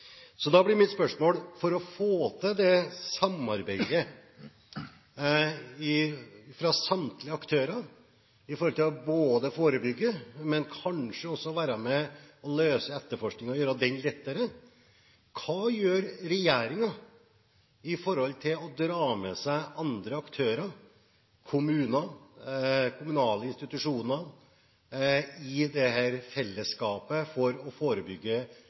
Så da blir mitt spørsmål når det gjelder å få til et samarbeid mellom samtlige aktører om å forebygge – kanskje også være med og løse sakene og gjøre etterforskningen lettere: Hva gjør regjeringen for å dra med seg andre aktører – kommuner, kommunale institusjoner – i dette fellesskapet for å forebygge